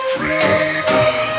Freedom